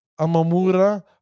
Amamura